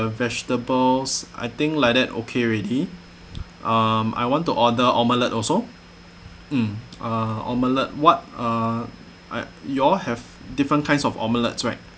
vegetables I think like that okay already um I want to order omelette also mm uh omelette what uh I you all have different kinds of omelettes right